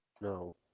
No